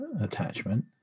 attachment